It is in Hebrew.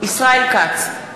ישראל כץ,